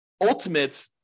ultimate